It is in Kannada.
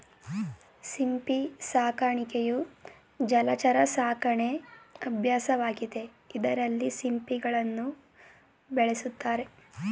ಸಿಂಪಿ ಸಾಕಾಣಿಕೆಯು ಜಲಚರ ಸಾಕಣೆ ಅಭ್ಯಾಸವಾಗಿದೆ ಇದ್ರಲ್ಲಿ ಸಿಂಪಿಗಳನ್ನ ಬೆಳೆಸ್ತಾರೆ